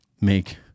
make